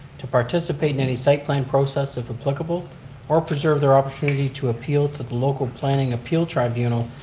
to participate in any cycling process if applicable or preserve their opportunity to appeal to the local planning appeal tribunal,